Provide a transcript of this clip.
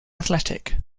athletic